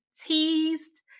teased